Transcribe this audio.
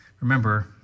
Remember